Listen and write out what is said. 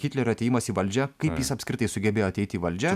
hitlerio atėjimas į valdžią kaip jis apskritai sugebėjo ateiti į valdžią